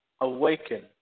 awaken